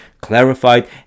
clarified